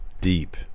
Deep